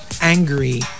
angry